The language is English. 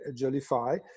Jellyfy